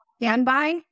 standby